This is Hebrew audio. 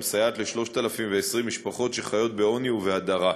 המסייעת ל-3,020 משפחות שחיות בעוני ובהדרה.